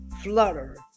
Flutter